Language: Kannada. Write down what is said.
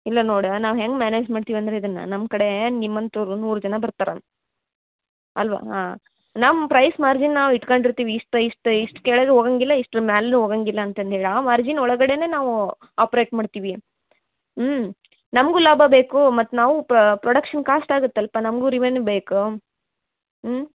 ಇಲ್ಲ ನೋಡಿ ನಾವು ಹೆಂಗೆ ಮ್ಯಾನೇಜ್ ಮಾಡ್ತೀವಿ ಅಂದರೆ ಇದನ್ನ ನಮ್ಮ ಕಡೆ ನಿಮ್ಮ ಅಂತವರು ನೂರು ಜನ ಬರ್ತರ ಅಲ್ಲವಾ ಹಾಂ ನಮ್ಮ ಪ್ರೈಸ್ ಮಾರ್ಜಿನ್ ನಾವು ಇಟ್ಕಂಡು ಇರ್ತೀವಿ ಇಷ್ಟು ಇಷ್ಟು ಇಷ್ಟು ಕೆಳಗು ಹೋಗಂಗಿಲ್ಲ ಇಷ್ಟ್ರ ಮ್ಯಾಲ್ನು ಹೋಗಂಗಿಲ್ಲ ಅಂತಂದು ಹೇಳಿ ಆ ಮಾರ್ಜಿನ್ ಒಳಗಡೆನೆ ನಾವೂ ಆಪ್ರೇಟ್ ಮಾಡ್ತೀವಿ ಹ್ಞೂ ನಮಗೂ ಲಾಭ ಬೇಕು ಮತ್ತು ನಾವು ಪ್ರೊಡಕ್ಷನ್ ಕಾಸ್ಟ್ ಆಗತ್ತೆ ಅಲ್ಲಪ್ಪ ನಮಗೂ ರಿವನ್ಯೂ ಬೇಕು ಹ್ಞೂ